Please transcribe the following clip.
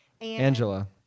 Angela